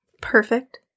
Perfect